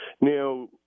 Now